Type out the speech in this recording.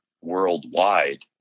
worldwide